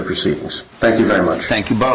proceedings thank you very much thank you b